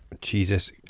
Jesus